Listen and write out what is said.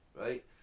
right